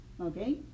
okay